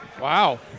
Wow